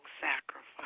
sacrifice